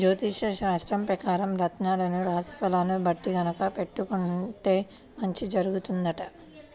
జ్యోతిష్యశాస్త్రం పెకారం రత్నాలను రాశి ఫలాల్ని బట్టి గనక పెట్టుకుంటే మంచి జరుగుతుందంట